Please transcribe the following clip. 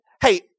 Hey